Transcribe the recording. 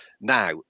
Now